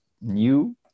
new